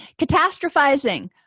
Catastrophizing